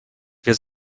wir